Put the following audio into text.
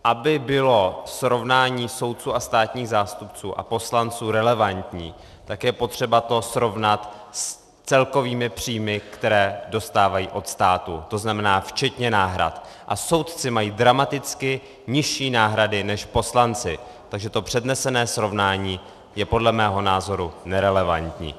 Aby bylo srovnání soudců a státních zástupců a poslanců relevantní, tak je potřeba to srovnat s celkovými příjmy, které dostávají od státu, tzn. včetně náhrad, a soudci mají dramaticky nižší náhrady než poslanci, takže to přednesené srovnání je podle mého názoru nerelevantní.